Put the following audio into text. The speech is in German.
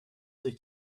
sich